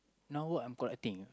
now work I'm collecting ah